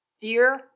fear